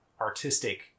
artistic